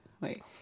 Wait